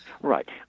Right